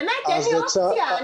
באמת, אין לי אופציה.